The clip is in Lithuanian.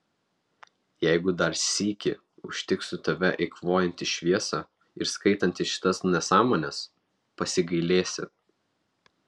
jeigu dar sykį užtiksiu tave eikvojantį šviesą ir skaitantį šitas nesąmones pasigailėsi